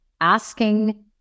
asking